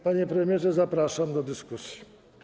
Panie premierze, zapraszam do dyskusji.